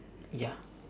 ya